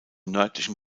nördlichen